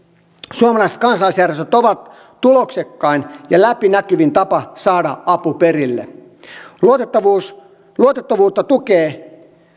suomalaiset kansalaisjärjestöt ovat tuloksekkain ja läpinäkyvin tapa saada apu perille luotettavuutta luotettavuutta tukee